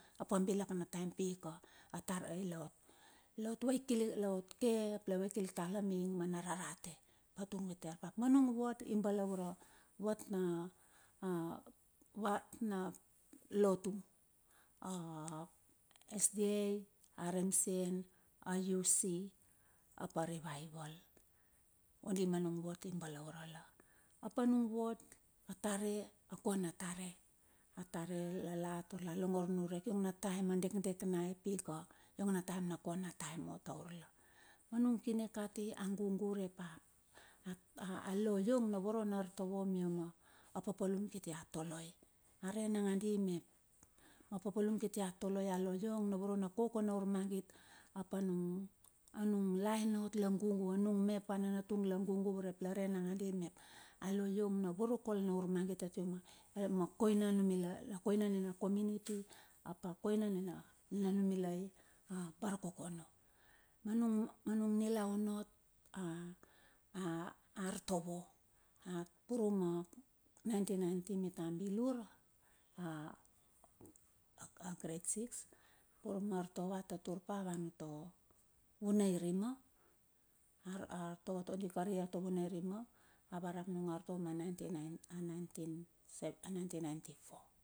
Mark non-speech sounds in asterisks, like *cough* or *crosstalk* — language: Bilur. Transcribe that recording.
Hap a bilak na taem pika a tarai la la ot vaikil, laot ke ap la vaikilik tar la inge me rarate vatung pite arpa. Manung word i balaure vat na a vat na, lotu a sda, rmcm, a uc, ap a rivaival, ondi ma nung word i balaure la. Ap a nung word, a tare, a ko na tare, atare lala tar la longor niurek. Iong na taem a dekdek na e pi ka iong na taem a ko na taem ot taur la. Manung kine kati, a gugu urep a, a *hesitation* lo iong na voro na ar tovo, mia ma papalum kiti a toloi. A re nangadi mep, a papalum kiti a toloi a lo iong na voro na koko na magit ap anung, a nung lain ot la gugu a nung me ap a nanatung la gugu urep lare nagadi mep. A lo na voro kol na urmagit, a tia ma e ma koina na numila la koina na na kominiti, ap a koina na na nimilai a barkokona. Manung, manung nilaun ot a a a artovo, a purum ma nineteen ninety mitua bilur, a a grade six vua ma artovo, a tatur pa van tuo vunairima, artovo di kari ia tua vunairima, a varap nung artovo nineteen ninety one ka nineteen ninety one sep ka nineteen ninety four.